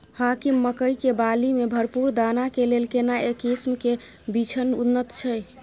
हाकीम मकई के बाली में भरपूर दाना के लेल केना किस्म के बिछन उन्नत छैय?